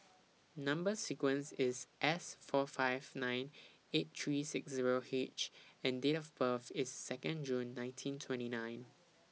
Number sequence IS S four five nine eight three six Zero H and Date of birth IS Second June nineteen twenty nine